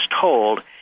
told